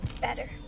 Better